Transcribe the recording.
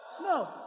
No